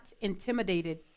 intimidated